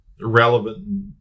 relevant